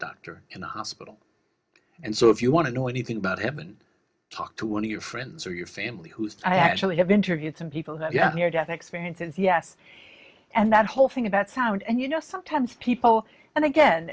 doctor in the hospital and so if you want to know anything about him and talk to one of your friends or your family who i actually have interviewed some people who get near death experiences yes and that whole thing about sound and you know sometimes people and again